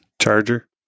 Charger